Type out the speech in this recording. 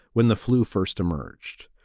when the flu first emerged.